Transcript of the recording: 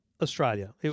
Australia